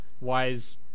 wise